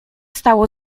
stało